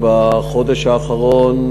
בחודש האחרון,